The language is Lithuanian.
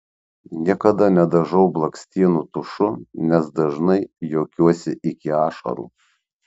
niekada nedažau blakstienų tušu nes dažnai juokiuosi iki ašarų